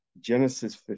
Genesis